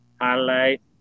highlight